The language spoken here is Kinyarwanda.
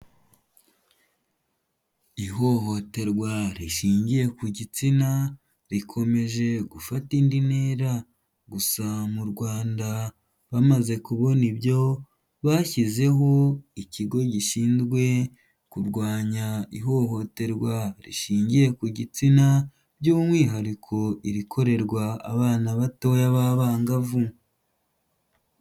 Ihohoterwa rishingiye ku gitsina rikomeje gufata indi ntera, gusa mu Rwanda bamaze kubona ibyo, bashyizeho ikigo gishinzwe kurwanya ihohoterwa rishingiye ku gitsina by'umwihariko irikorerwa abana batoya b'abangavu.